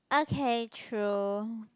okay true